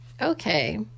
Okay